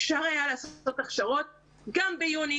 אפשר היה לעשות הכשרות גם ביוני,